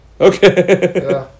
Okay